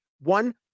One